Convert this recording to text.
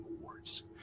awards